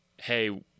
Hey